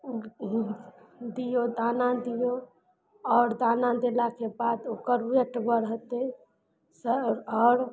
दियौ दाना दियौ आओर दाना देलाके बाद ओकर वेट बढ़तइ आओर